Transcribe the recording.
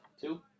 Two